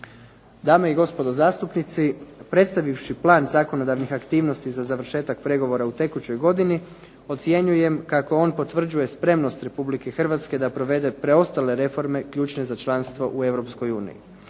Dame i gospodo zastupnici, predstavivši plan zakonodavnih aktivnosti za završetak pregovora u tekućoj godini ocjenjujem kako on potvrđuje spremnost Republike Hrvatske da provede preostale reforme ključne za članstvo u